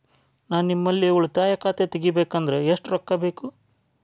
ನಾ ನಿಮ್ಮಲ್ಲಿ ಉಳಿತಾಯ ಖಾತೆ ತೆಗಿಬೇಕಂದ್ರ ಎಷ್ಟು ರೊಕ್ಕ ಬೇಕು?